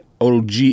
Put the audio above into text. OG